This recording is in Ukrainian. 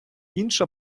інша